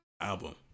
album